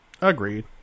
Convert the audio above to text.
Agreed